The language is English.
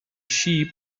sheep